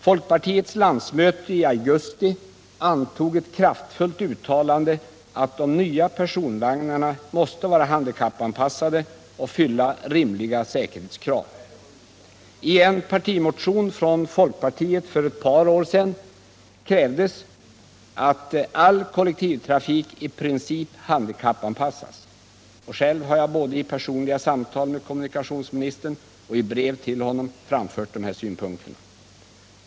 Folkpartiets landsmöte i augusti antog ett kraftfullt uttalande att de nya personvagnarna måste vara handikappanpassade och fylla rimliga säkerhetskrav. I en partimotion från folkpartiet för ett par år sedan krävdes att all kollektivtrafik i princip skall handikappanpassas. Själv har jag både vid personliga samtal med kommunikationsministern och i brev till honom framfört dessa synpunkter.